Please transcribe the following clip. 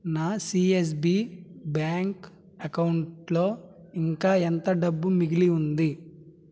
నా CSB bank అకౌంట్లో ఇంకా ఎంత డబ్బు మిగిలి ఉంది